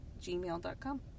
gmail.com